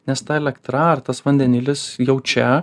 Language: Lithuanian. nes ta elektra ar tas vandenilis jau čia